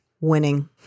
Winning